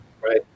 Right